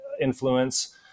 influence